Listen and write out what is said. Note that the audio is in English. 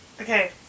Okay